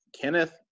kenneth